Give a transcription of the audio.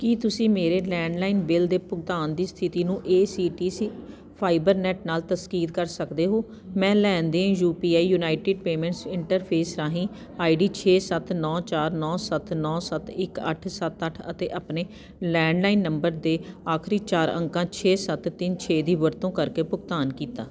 ਕੀ ਤੁਸੀਂ ਮੇਰੇ landline bill ਦੇ ਭੁਗਤਾਨ ਦੀ ਸਥਿਤੀ ਨੂੰ A C T C fibernet ਨਾਲ ਤਸਕੀਦ ਕਰ ਸਕਦੇ ਹੋ ਮੈਂ ਲੈਣ ਦੇਣ U P I united payments interface ਰਾਹੀਂ ਆਈ ਡੀ ਛੇ ਸੱਤ ਨੌਂ ਚਾਰ ਨੌਂ ਸੱਤ ਨੌਂ ਸੱਤ ਇੱਕ ਅੱਠ ਸੱਤ ਅੱਠ ਅਤੇ ਆਪਣੇ ਲੈਂਡਲਾਈਨ ਨੰਬਰ ਦੇ ਆਖਰੀ ਚਾਰ ਅੰਕਾਂ ਛੇ ਸੱਤ ਤਿੰਨ ਛੇ ਦੀ ਵਰਤੋਂ ਕਰਕੇ ਭੁਗਤਾਨ ਕੀਤਾ